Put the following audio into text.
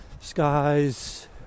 skies